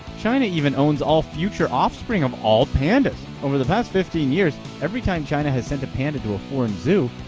china even owns all future offspring of all pandas! over the past fifteen years, every time china has sent a panda to a foreign zoo,